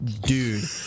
dude